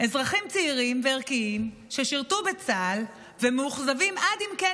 אזרחים צעירים וערכיים ששירתו בצה"ל ומאוכזבים עד עמקי